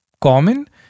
common